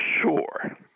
sure